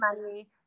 money